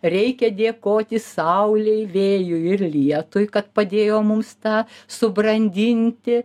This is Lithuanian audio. reikia dėkoti saulei vėjui ir lietui kad padėjo mums tą subrandinti